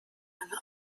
lange